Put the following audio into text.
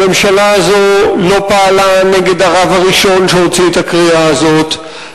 הממשלה הזאת לא פעלה נגד הרב הראשון שהוציא את הקריאה הזאת,